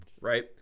right